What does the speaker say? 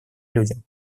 людям